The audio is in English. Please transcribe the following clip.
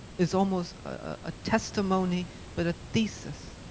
it's almost a testimony but a thesis,